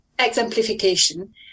Exemplification